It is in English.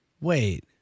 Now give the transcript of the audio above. Wait